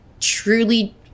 truly